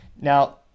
Now